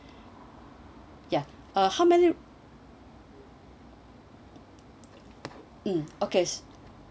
ya uh how many mm okay